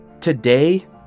today